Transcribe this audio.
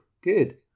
good